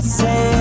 say